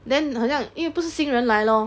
then 好像因为不是新人来 lor